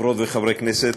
חברות וחברי הכנסת,